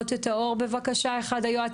בבקשה.